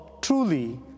truly